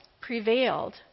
prevailed